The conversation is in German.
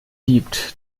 gibt